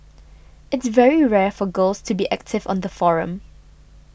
it's very rare for girls to be active on the forum